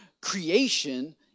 creation